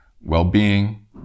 well-being